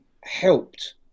helped